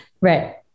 Right